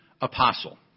apostle